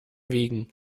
wiegen